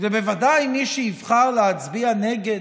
ובוודאי שמי שיבחר להצביע נגד,